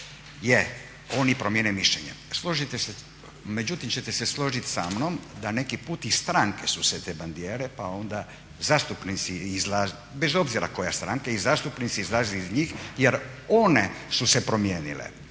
Je, oni promijene mišljenje. Međutim čete se složiti samnom da neki puta i stranke su te bandiere pa onda zastupnici izlaze, bez obzira koja stranka, i zastupnici izlaze iz njih jer one su se promijenile.